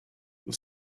the